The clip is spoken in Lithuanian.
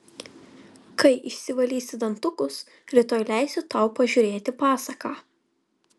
kai išsivalysi dantukus rytoj leisiu tau pažiūrėti pasaką